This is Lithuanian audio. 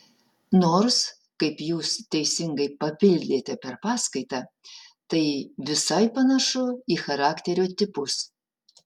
nors kaip jūs teisingai papildėte per paskaitą tai visai panašu į charakterio tipus